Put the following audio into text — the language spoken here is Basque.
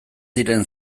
diren